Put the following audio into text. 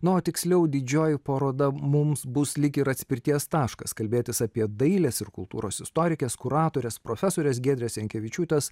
na o tiksliau didžioji paroda mums bus lyg ir atspirties taškas kalbėtis apie dailės ir kultūros istorikės kuratorės profesorės giedrės jankevičiūtės